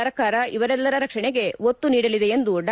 ಸರ್ಕಾರ ಇವರೆಲ್ಲರ ರಕ್ಷಣೆಗೆ ಒತ್ತು ನೀಡಲಿದೆ ಎಂದು ಡಾ